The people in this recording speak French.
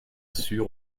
sûr